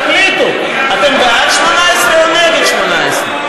תחליטו, אתם בעד 18 או נגד 18?